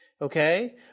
okay